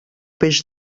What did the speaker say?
peix